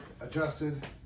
adjusted